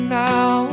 now